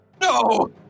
no